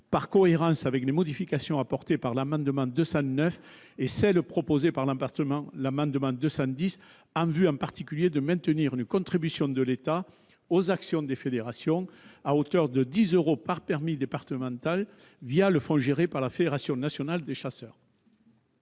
par cohérence avec les modifications apportées par les amendements n 209 rectifié et 210 rectifié. Il s'agit en particulier de maintenir une contribution de l'État aux actions des fédérations à hauteur de 10 euros par permis départemental, le fonds géré par la Fédération nationale des chasseurs.